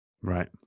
right